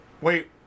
Wait